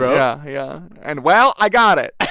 yeah, yeah. and, well, i got it,